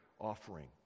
offering